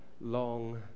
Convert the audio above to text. long